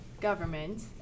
government